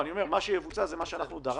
לא, מה שיבוצע זה מה שאנחנו דרשנו.